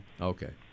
Okay